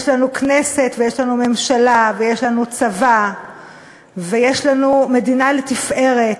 יש לנו כנסת ויש לנו ממשלה ויש לנו צבא ויש לנו מדינה לתפארת,